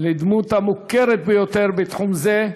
לדמות המוכרת ביותר בתחום זה.